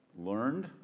learned